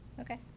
Okay